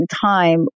time